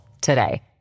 today